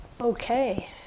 Okay